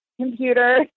computer